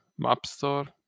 MapStore